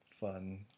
fun